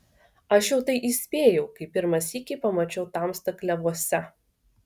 aš jau tai įspėjau kai pirmą sykį pamačiau tamstą klevuose